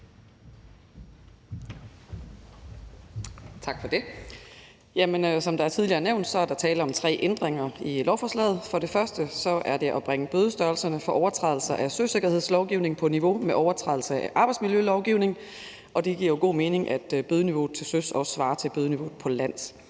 Tak for det. Som det tidligere er nævnt, er der tale om tre ændringer i lovforslaget. For det første handler det om at bringe bødestørrelserne for overtrædelser af søsikkerhedslovgivningen på niveau med bødestørrelserne for overtrædelser af arbejdsmiljølovgivningen, og det giver jo også god mening, at bødeniveauet til søs svarer til bødeniveauet på land.